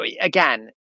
again